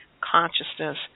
consciousness